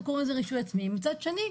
קוראים לזה רישוי עצמי ומצד שני,